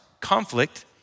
conflict